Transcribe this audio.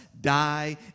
die